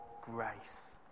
grace